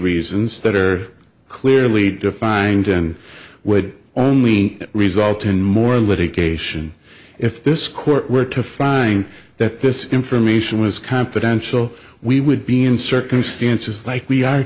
reasons that are clearly defined and would only result in more litigation if this court were to find that this information was confidential we would be in circumstances like we are